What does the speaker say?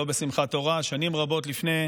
לא בשמחת תורה, שנים רבות לפני,